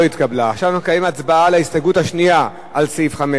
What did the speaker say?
עכשיו אנחנו נקיים הצבעה על ההסתייגות השנייה לסעיף 5. בבקשה,